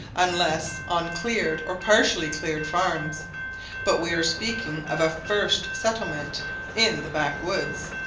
unless on cleared or partially cleared farms but we are speaking of a first settlement in the backwoods.